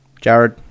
Jared